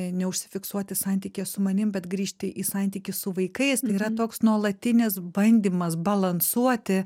neužsifiksuoti santykyje su manim bet grįžti į santykį su vaikais tai yra toks nuolatinis bandymas balansuoti